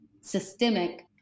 systemic